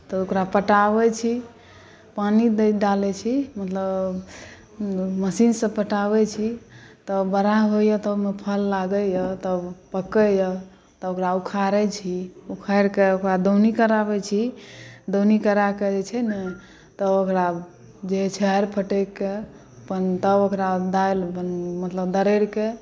तऽ ओकरा पटाबैत छी पानी डालैत छी मतलब मशीनसँ पटाबैत छी तऽ बड़ा होइए तऽ ओहिमे फल लागैए तब पकैए तऽ ओकरा उखाड़ैत छी उखाड़ि कऽ ओकर बाद दौनी कराबैत छी दौनी करा कऽ जे छै ने तऽ ओकरा जे झाड़ि फटकि कऽ तऽ अपन ओकरा दालि मतलब दररि कऽ